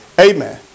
Amen